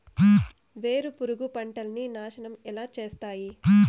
వేరుపురుగు పంటలని నాశనం ఎలా చేస్తాయి?